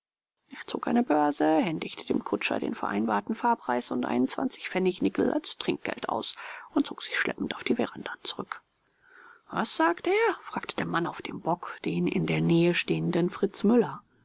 er zog eine börse händigte dem kutscher den vereinbarten fahrpreis und einen zwanzigpfennignickel als trinkgeld aus und zog sich schleppend auf die veranda zurück was sagte er fragte der mann auf dem bock den in der nähe stehenden fritz müller